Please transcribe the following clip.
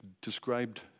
described